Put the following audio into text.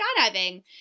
skydiving